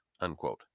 unquote